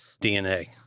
DNA